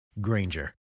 Granger